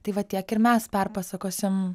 tai va tiek ir mes perpasakosim